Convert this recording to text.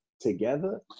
together